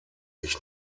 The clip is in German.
ich